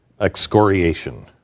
excoriation